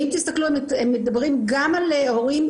ואם תסתכלו הם מדברים גם על הורים,